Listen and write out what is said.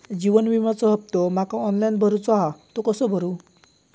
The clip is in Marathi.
जीवन विम्याचो हफ्तो माका ऑनलाइन भरूचो हा तो कसो भरू?